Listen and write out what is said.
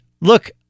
look